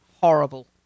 horrible